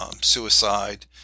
suicide